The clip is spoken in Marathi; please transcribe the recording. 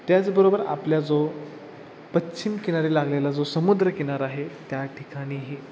त्याचबरोबर आपल्या जो पश्चिम किनारे लागलेला जो समुद्रकिनारा आहे त्या ठिकाणीही